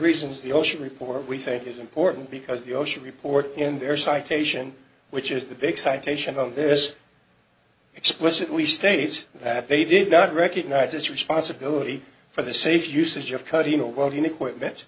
reasons the ocean report we think is important because the ocean report in their citation which is the big citation on this explicitly states that they did not recognize its responsibility for the safe usage of cardinal weldon equipment